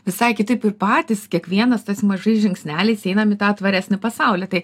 visai kitaip ir patys kiekvienas tais mažais žingsneliais einam į tą tvaresnį pasaulį tai